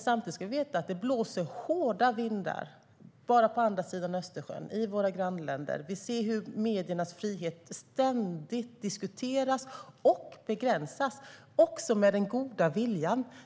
Samtidigt ska vi veta att det blåser hårda vindar i våra grannländer på andra sidan Östersjön. Vi ser hur mediernas frihet ständigt diskuteras och begränsas också med den goda viljan.